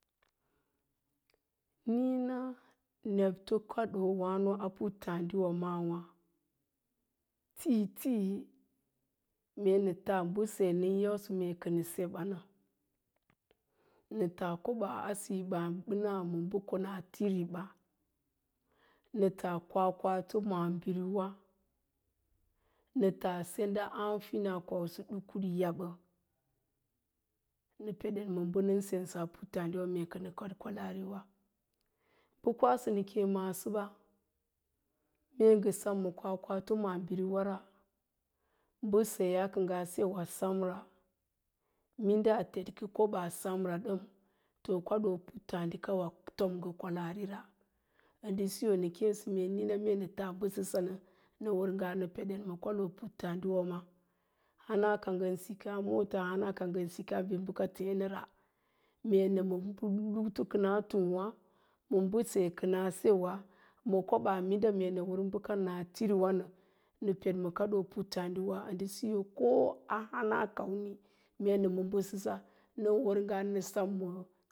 Niina a nebto kaɗoowáno a puttáádi wa maawá, tiitii mee nə taa mbəseyaa u nən yausə mee kə ne sə ɓanə, nə taa koɓaaɓəna a siiɓabəna bəkona tiriba, nə taa kwakwato maabiriwan, nə kwau sendan a hamfina ɗukuɗ yabba, nə peden ma bə nən sensə u kənaa sək a puttáádiwa mee kənə kaɗkwalaari ɓa bə nə kwasə nə kéé maasboɓa, mee ngə sem ma kwakwato mabiri warambəseyaa kə ngaa se wa semra, minɗa a tetkə koɓaa semra ɗəm, to kaɗoo puttááɗi kawa tom ngə kwalaarira ə ndə siso níína nə kéésə mee, mee nə tas mbəsəsanə nən wər ngaa nə kwalam ma puttááɗiwa maawá, hana ka ngən sikaa moota baba ka ngən ma nata bəka tée nəra, mee nəma luktu u kənaa tung'wá ma u kənaa sikiwa, ma koɓaa u mee nə wər bə kan kəna tiriwən, ndə siyo ko a hana kamai mee nə ma mbəsəsa nə sem ma